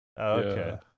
okay